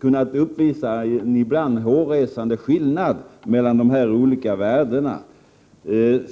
ibland visat sig finnas en hårresande skillnad mellan de olika värdena.